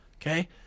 Okay